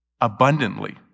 abundantly